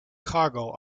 cargo